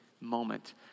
moment